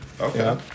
Okay